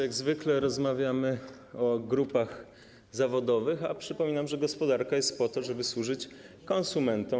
Jak zwykle rozmawiamy o grupach zawodowych, a przypominam, że gospodarka jest po to, żeby służyć konsumentom.